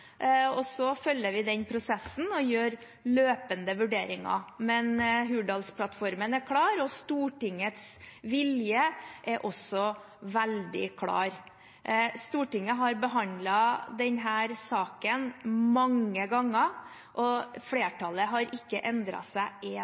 og vi følger den prosessen og gjør løpende vurderinger. Men Hurdalsplattformen er klar, og Stortingets vilje er også veldig klar. Stortinget har behandlet denne saken mange ganger, og flertallet har ikke endret seg en